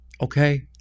Okay